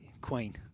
Queen